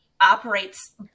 operates